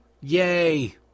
Yay